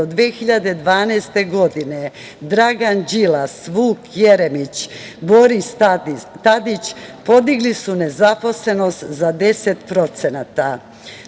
2012. godine Dragan Đilas, Vuk Jeremić, Boris Tadić podigli su nezaposlenost za 10%.